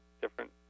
different